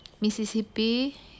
mississippi